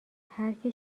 هرکی